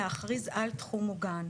להכריז על "תחום מוגן".